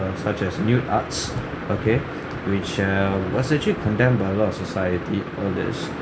uh such as nude arts okay which err was actually condemned by a lot of society all this